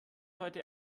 heute